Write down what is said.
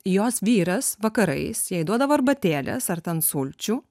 jos vyras vakarais jai duodavo arbatėlės ar ten sulčių